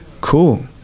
Cool